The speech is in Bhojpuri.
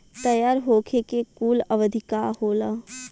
तैयार होखे के कूल अवधि का होला?